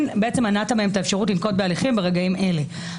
בעצם מנעת מהם את האפשרות לנקוט בהליכים ברגעים אלה.